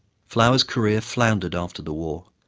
flowers' career floundered after the war.